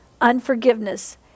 unforgiveness